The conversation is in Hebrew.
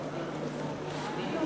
ברוך.